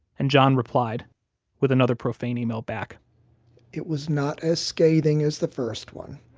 and john replied with another profane email back it was not as scathing as the first one,